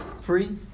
Free